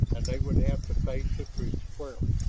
and they would have to face the truth squarely.